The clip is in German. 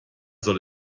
soll